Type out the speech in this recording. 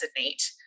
resonate